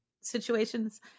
situations